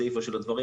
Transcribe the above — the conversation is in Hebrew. בסיפה של הדברים,